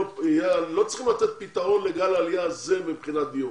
לא צריך לתת פתרון לגלה העלייה הזה מבחינת דיור